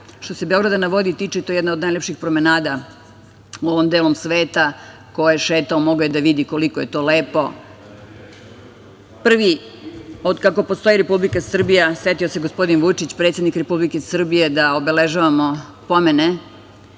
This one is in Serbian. se „Beograda na vodi“ tiče, to je jedna od najlepših promenada u ovom delu sveta. Ko je šetao mogao je da vidi koliko je to lepo. Prvi, od kako postoji Republika Srbija, setio se gospodin Vučić, predsednik Srbije, da obeležavamo pomene